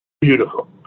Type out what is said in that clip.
beautiful